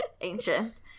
ancient